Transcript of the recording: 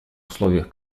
условиях